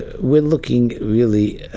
we're looking really?